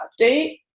update